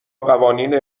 قوانین